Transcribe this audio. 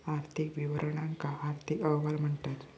आर्थिक विवरणांका आर्थिक अहवाल म्हणतत